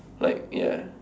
like ya